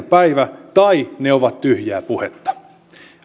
päivä tai ne ovat tyhjää puhetta